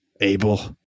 Abel